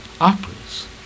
operas